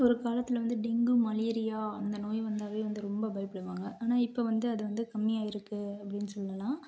ஒரு காலத்தில் வந்து டெங்கு மலேரியா அந்த நோய் வந்தாவே வந்து ரொம்ப பயப்படுவாங்க ஆனால் இப்போ வந்து அது வந்து கம்மியாக இருக்குது அப்படின்னு சொல்லலாம்